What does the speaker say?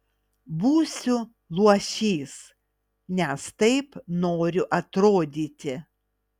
būsiu luošys nes taip noriu atrodyti